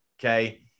okay